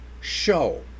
show